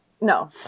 No